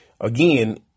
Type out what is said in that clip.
again